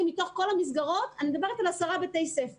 מתוך כל המסגרות, אני מדברת היום על עשרה בתי ספר